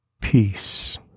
Peace